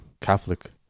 Catholic